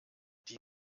die